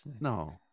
No